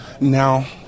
now